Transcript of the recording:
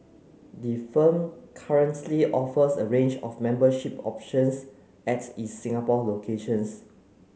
the firm currently offers a range of membership options at its Singapore locations